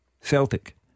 Celtic